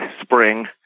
spring